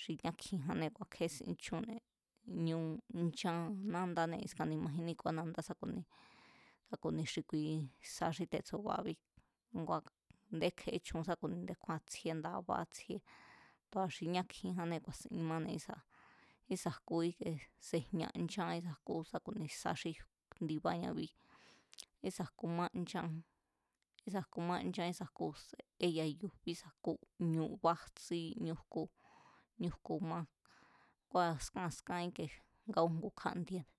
xi ñá kjijannée̱ kua̱ kje̱esin chúnne̱, ñu nchán nandanée̱ askan ni̱ majín níku̱a nándá sá ku̱ni, sá ku̱ni xi kui sa xí tetsu̱ba̱abí, ngua̱ a̱nde kje̱é chu sa ku̱ni nde̱kjúái̱n tsjíé ndabá tsjíé, tu̱a xi ñá kjinjannée̱ ku̱a̱sin máne̱ ísa̱, ísa̱ jku íke sejña nchán ísa̱ jku, ku̱nisa xi ndibáñábí, ísa̱ jku mánchán, ísa̱ jku mánchán ísa̱ jku séya yufi ísa̱ jku ñu bájtsí ñú jkú, ñú jkú má kua̱ skan a̱ skan íke nga újngu kjandiene̱.